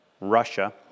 Russia